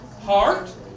heart